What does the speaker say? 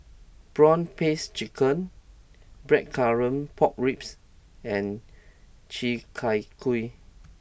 Prawn Paste Chicken Blackcurrant Pork Ribs and Chi Kak Kuih